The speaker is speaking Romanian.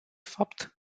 fapt